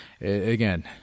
again